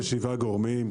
37 גורמים.